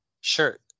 shirt